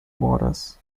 waters